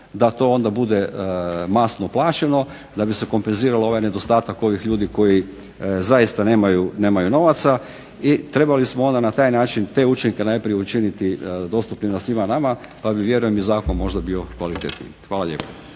da to onda bude masno plaćeno da bi se kompenzirao ovaj nedostatak ovih ljudi koji zaista nemaju novaca. I trebali smo onda na taj način te učinke najprije učiniti dostupnima svima nama, pa bi vjerujem i zakon bio možda kvalitetniji. Hvala lijepo.